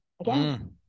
again